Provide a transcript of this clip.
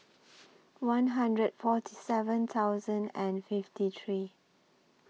one hundred forty seven thousand and fifty three